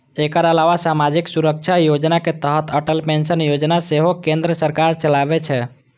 एकर अलावा सामाजिक सुरक्षा योजना के तहत अटल पेंशन योजना सेहो केंद्र सरकार चलाबै छै